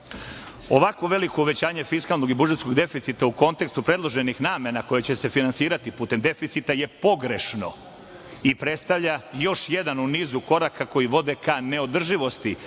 Ovako veliko uvećanje fiskalnog i budžetskog deficita u kontekstu predloženih namena koje će se finansirati putem deficita je pogrešno i predstavlja još jedan u nizu koraka koji vode ka neodrživosti